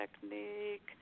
technique